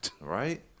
Right